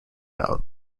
out